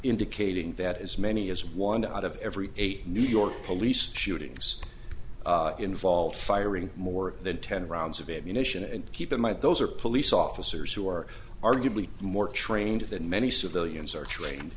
indicating that as many as one out of every eight new york police shootings involve firing more than ten rounds of ammunition and keep it might those are police officers who are arguably more trained than many civilians are trained